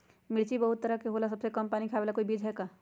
मिर्ची बहुत तरह के होला सबसे कम पानी खाए वाला कोई बीज है का?